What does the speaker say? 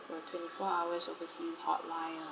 a twenty four hours overseas hotline or